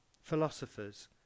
Philosophers